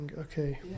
Okay